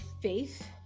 faith